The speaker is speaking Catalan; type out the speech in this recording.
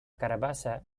carabassa